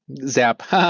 zap